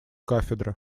кафедры